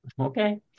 Okay